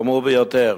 חמור ביותר.